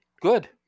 good